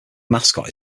mascot